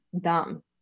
dumb